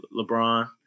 LeBron